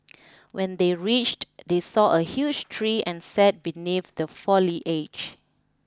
when they reached they saw a huge tree and sat beneath the foliage